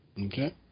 okay